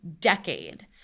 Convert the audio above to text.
decade